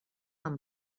amb